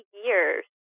years